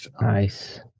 nice